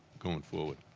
going forward?